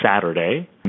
Saturday